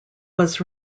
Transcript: was